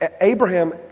Abraham